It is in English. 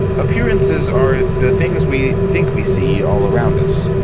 appearances are the things we think we see all around us.